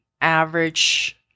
average